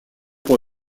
pour